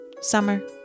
Summer